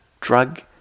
drug